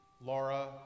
Laura